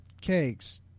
cakes